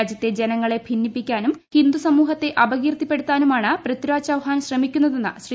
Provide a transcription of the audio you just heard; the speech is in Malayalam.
രാജ്യത്തെ ജനങ്ങളെ ഭിന്നിപ്പിക്കാനും ഹിന്ദുസമൂഹത്തെ അപകീർത്തിപ്പെടുത്താനുമാണ് പൃഥിരാജ് ചൌഹാൻ ശ്രമിക്കുന്നതെന്ന് ശ്രീ